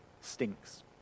stinks